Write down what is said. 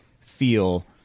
feel